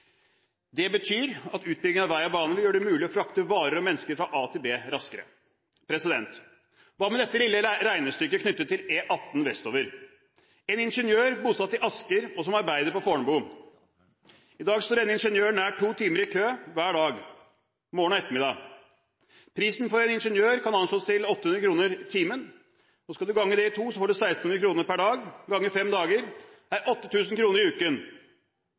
Det betyr at utbyggingen av vei og bane vil gjøre det mulig å frakte varer og mennesker fra A til B raskere. Hva med dette lille regnestykket knyttet til E18 vestover, med en ingeniør bosatt i Asker som arbeider på Fornebu? I dag står ingeniøren nær to timer i kø hver dag, morgen og ettermiddag. Prisen for en ingeniør kan anslås til 800 kr timen. Skal man gange det med to, får man 1 600 kr per dag. Ganget med fem dager er det 8 000 kr i uken.